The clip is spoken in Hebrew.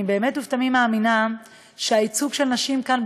אני באמת ובתמים מאמינה שהייצוג של נשים כאן,